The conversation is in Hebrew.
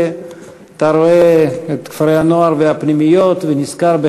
אתה רואה את כפרי-הנוער והפנימיות ונזכר,